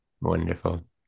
Wonderful